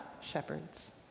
shepherds